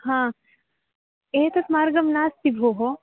हा एषः मार्गः नास्ति भोः